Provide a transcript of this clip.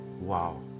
Wow